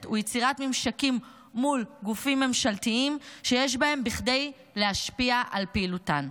ויצירת ממשקים מול גופים ממשלתיים שיש בהם בכדי להשפיע על פעילותן.